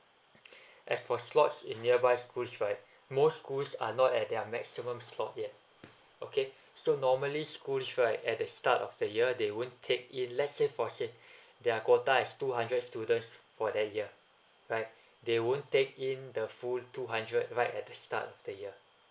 as for slots in nearby schools right most schools are not at their maximum slot yet okay so normally schools right at the start of the year they won't take if let's say for say their quota is two hundred students for that year right they won't take in the full two hundred right at the start of the year